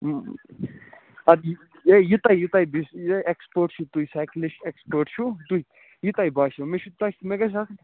ہے یہِ تۄہہِ یہِ تۄہہِ دِس یہِ ایٚکٕسپوٹ چھِ تُہۍ سایِکَلِس ایٚکٕسپوٹ چھُو تُہۍ یہِ تۄہہِ باسیو مےٚ چھُ تۄہہِ مےٚ گژھِ آسٕنۍ